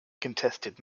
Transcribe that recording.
contested